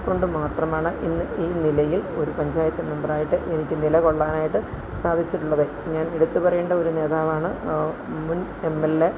കൊണ്ട് മാത്രമാണ് ഇന്ന് ഈ നിലയിൽ ഒരു പഞ്ചായത്ത് മെമ്പറായിട്ട് എനിക്ക് നിലകൊള്ളാനായിട്ട് സാധിച്ചിട്ടുള്ളത് ഞാൻ എടുത്ത് പറയേണ്ട ഒരു നേതാവാണ് മുൻ എം എൽ എ